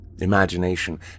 imagination